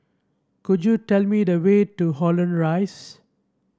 could you tell me the way to Holland Rise